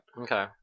Okay